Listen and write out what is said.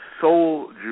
soul